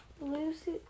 lucy